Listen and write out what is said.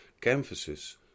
Canvases